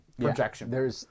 Projection